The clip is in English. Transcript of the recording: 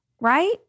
right